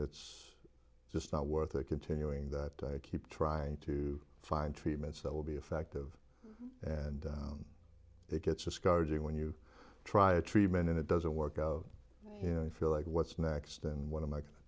it's just not worth continuing that i keep trying to find treatments that will be effective and it gets discouraging when you try a treatment and it doesn't work out here and feel like what's next and what am i